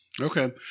Okay